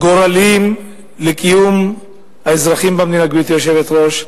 גורליים לקיום האזרחים במדינה, גברתי היושבת-ראש,